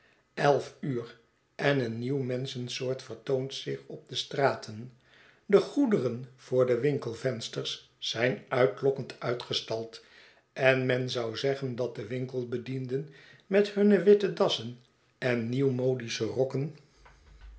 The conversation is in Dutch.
elf uur en een nieuw menschensoort vertoont zich op de straten de goederen voor de winkelvensters zijn uitlokkend uitgestald en men zou zeggen dat de winkelbedienden met hunne witte dassen en nieuwmodische rokken